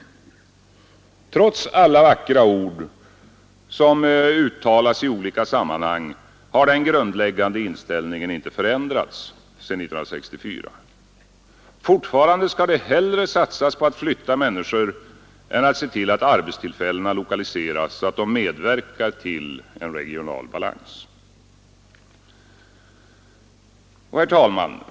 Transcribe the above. Trots alla vackra ord som uttalas i olika sammanhang har den grundläggande inställningen inte förändrats sedan 1964. Fortfarande skall det hellre satsas på att flytta människor än på att se till att arbetstillfällena lokaliseras så att de medverkar till en regional balans. Herr talman!